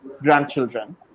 grandchildren